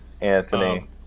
Anthony